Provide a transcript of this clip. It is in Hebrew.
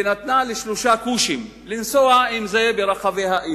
ונתנה לשלושה כושים לנסוע בה ברחבי העיר,